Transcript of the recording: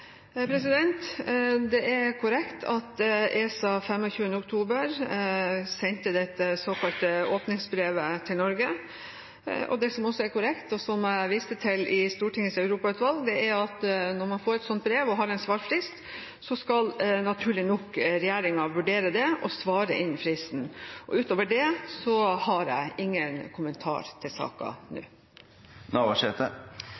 Det er korrekt at ESA den 25. oktober sendte dette såkalte åpningsbrevet til Norge. Det som også er korrekt, og som jeg viste til i Stortingets europautvalg, er at når en får et slikt brev og har en svarfrist, skal naturlig nok regjeringen vurdere det og svare innen fristen. Utover det har jeg ingen kommentar til saken nå. Tidlegare har regjeringa vore tydeleg i denne saka.